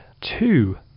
two